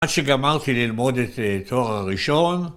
‫אז שגמרתי ללמוד את התואר הראשון.